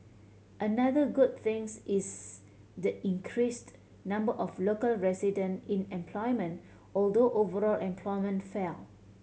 another good things is the increased number of local resident in employment although overall employment fell